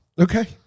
Okay